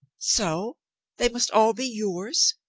so they must all be yours?